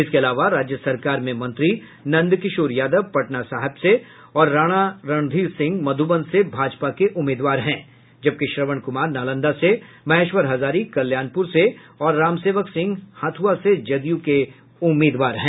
इसके अलावा राज्य सरकार में मंत्री नंदकिशोर यादव पटना साहिब से और राणा रणधीर सिंह मधुबन से भाजपा के उम्मीदवार हैं जबकि श्रवण कुमार नालंदा से महेश्वर हजारी कल्याणपुर से और रामसेवक सिंह हथुआ से जदयू के उम्मीदवार हैं